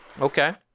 okay